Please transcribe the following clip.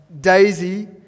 Daisy